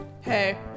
Hey